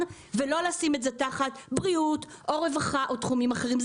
ולא לשים את זה תחת בריאות או רווחה או תחומים אחרים.